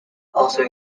also